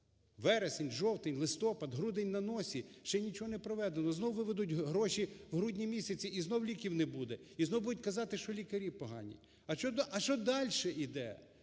Вересень, жовтень, листопад, грудень на носі ще нічого не проведено. Знову введуть гроші в грудні місяці, і знову ліків не буде, і знову будуть казати, що лікарі погані. А що далі йде?